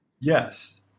Yes